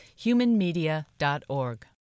humanmedia.org